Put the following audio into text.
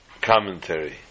commentary